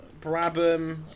Brabham